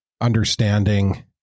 understanding